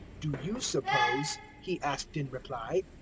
do you suppose, he asked in reply,